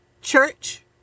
church